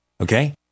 Okay